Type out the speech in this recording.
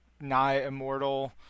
nigh-immortal